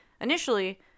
initially